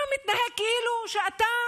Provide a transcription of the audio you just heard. אתה מתנהג כאילו אתה